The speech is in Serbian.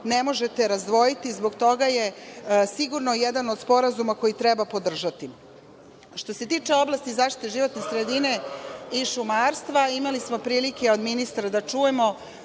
ne možete razdvojiti. Zbog toga je sigurno jedan od sporazuma koji treba podržati. Što se tiče oblasti zaštite životne sredine i šumarstva, imali smo prilike od ministra da čujemo